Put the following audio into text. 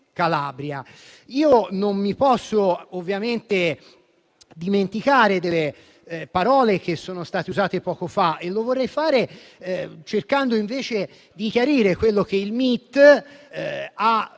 Non posso ovviamente non ricordare le parole che sono state usate poco fa e lo vorrei fare cercando invece di chiarire quello che il MIT ha